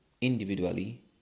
individually